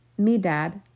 Medad